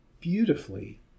beautifully